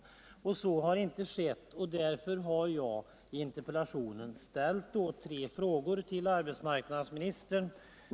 Så har inte skett. Därför har jag i interpellationen ställt tre frågor till arbetsmarknadsministern.